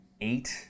eight